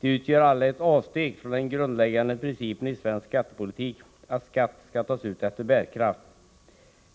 De utgör alla ett avsteg från den grundläggande principen i svensk skattepolitik, att skatt skall tas ut efter bärkraft.